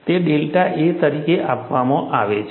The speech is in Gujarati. તે ડેલ્ટા a તરીકે આપવામાં આવે છે